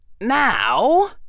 Now